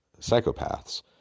psychopaths